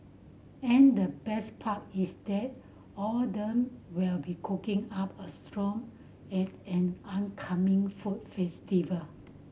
and the best part is that all of them will be cooking up a strong at an oncoming food festival